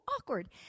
awkward